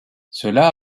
cela